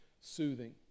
soothing